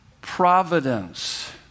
providence